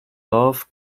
love